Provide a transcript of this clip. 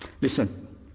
Listen